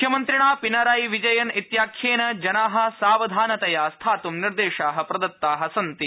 मुख्यमंत्रिणा पिनाराई विजयन स्विाख्येन जना सावधानतया स्थात् निर्देशा प्रदत्ता सन्ति